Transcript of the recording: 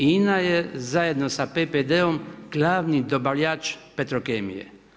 INA je zajedno sa PPD-om glavni dobavljač Petrokemije.